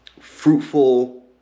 fruitful